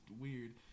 weird